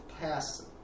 pass